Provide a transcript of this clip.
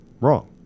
Wrong